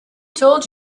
told